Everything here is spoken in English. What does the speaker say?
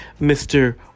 Mr